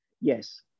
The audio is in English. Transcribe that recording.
yes